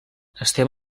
estem